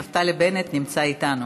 נפתלי בנט נמצא איתנו.